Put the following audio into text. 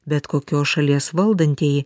bet kokios šalies valdantieji